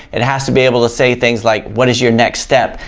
it has to be able to say things like what is your next step?